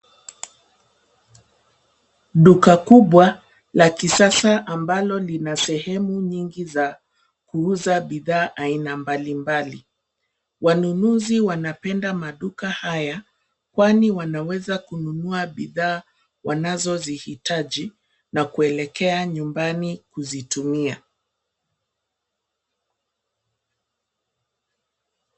Duka kubwa la kisasa ambalo lina sehemu nyingi za kuuza bidhaa aina mbalimbali. Wanunuzi wanapenda maduka haya, kwani wanaweza kununua bidhaa wanazozihitaji na kuelekea nyumbani kuzitumia.